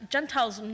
Gentiles